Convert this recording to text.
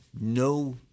no